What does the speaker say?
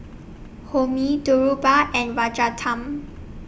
Homi Dhirubhai and Rajaratnam